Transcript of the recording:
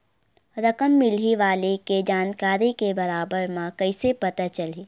रकम मिलही वाले के जानकारी के बारे मा कइसे पता चलही?